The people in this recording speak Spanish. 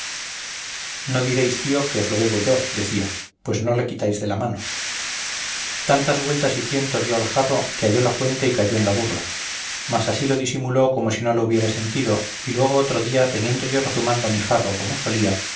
no diréis tío que os lo bebo yo decía pues no le quitáis de la mano tantas vueltas y tiento dio al jarro que halló la fuente y cayó en la burla mas así lo disimuló como si no lo hubiera sentido y luego otro día teniendo yo rezumando mi jarro como solía